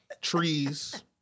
trees